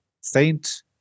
Saint